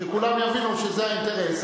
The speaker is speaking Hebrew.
כשכולם יבינו שזה האינטרס,